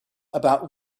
about